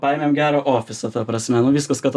paimėm gerą ofisą ta prasme nu viskas kad